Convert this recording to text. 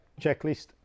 checklist